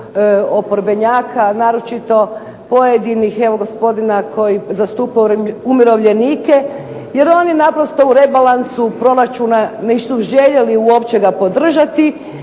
oporbenjaka naročito pojedinih, evo gospodina koji zastupa umirovljenike, jer oni naprosto u rebalansu proračuna nisu željeli uopće ga podržati